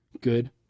good